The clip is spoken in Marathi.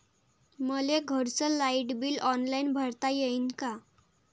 मले घरचं लाईट बिल ऑनलाईन भरता येईन का?